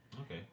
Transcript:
Okay